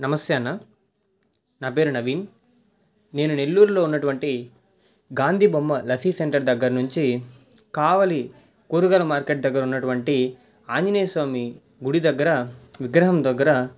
నమస్తే అన్న నా పేరు నవీన్ నేను నెల్లూరులో ఉన్నటువంటి గాంధీ బొమ్మ లస్సీ సెంటర్ దగ్గర నుంచి కావలి కూరగాయల మార్కెట్ దగ్గర ఉన్నటువంటి ఆంజనేయ స్వామి గుడి దగ్గర విగ్రహం దగ్గర